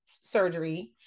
surgery